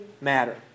matter